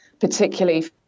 Particularly